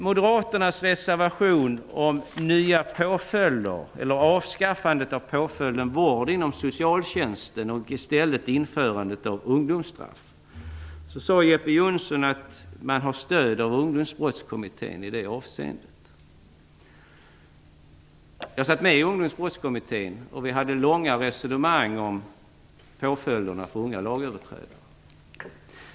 Moderaterna föreslår i sin reservation att påföljden vård inom socialtjänsten avskaffas och att påföljden ungdomsstraff i stället införs. Jeppe Johnsson sade att man i det avseendet har stöd av Ungdomsbrottskommittén. Jag satt med i Ungdomsbrottskommittén, och vi hade där långa resonemang om påföljderna för unga lagöverträdare.